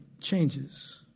changes